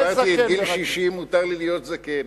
עברתי את גיל 60, מותר לי להיות זקן.